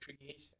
creation